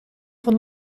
van